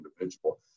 individual